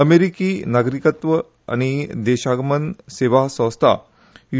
अमेरिकी नागरिकत्व आनी देशागमन सेवा संस्था यु